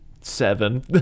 seven